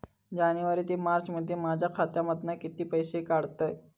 जानेवारी ते मार्चमध्ये माझ्या खात्यामधना किती पैसे काढलय?